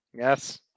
Yes